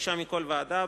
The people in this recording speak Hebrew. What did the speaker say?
חמישה מכל ועדה,